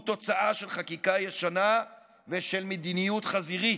הוא תוצאה של חקיקה ישנה ושל מדיניות חזירית.